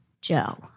Joe